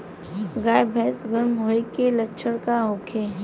गाय भैंस गर्म होय के लक्षण का होखे?